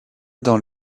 dans